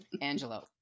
Angelo